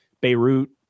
beirut